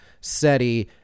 seti